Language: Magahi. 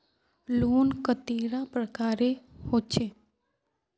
लोन कतेला प्रकारेर होचे?